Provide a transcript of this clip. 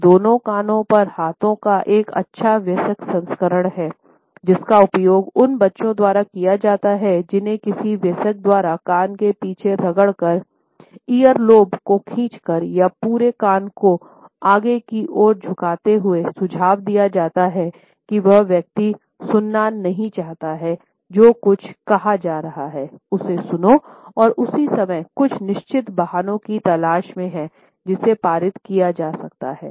यह दोनों कानों पर हाथों का एक अच्छा वयस्क संस्करण है जिसका उपयोग उन बच्चों द्वारा किया जाता है जिन्हें किसी वयस्क द्वारा कान के पीछे रगड़कर ईयरलोब को खींचकर या पूरे कान को आगे की ओर झुकाते हुए सुझाव दिया जाता है कि वह व्यक्ति सुनना नहीं चाहता है जो कुछ कहा जा रहा है उसे सुनो और उसी समय कुछ निश्चित बहानों की तलाश में है जिसे पारित किया जा सकता है